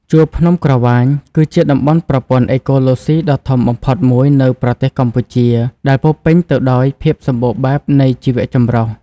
ជួរភ្នំក្រវ៉ាញគឺជាតំបន់ប្រព័ន្ធអេកូឡូស៊ីដ៏ធំបំផុតមួយនៅប្រទេសកម្ពុជា ដែលពោរពេញទៅដោយភាពសម្បូរបែបនៃជីវចម្រុះ។